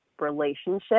relationship